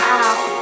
out